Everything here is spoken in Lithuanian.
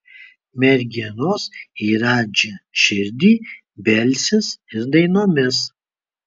merginos į radži širdį belsis ir dainomis